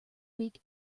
week